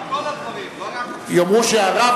על כל הדברים, לא רק, יאמרו שרב,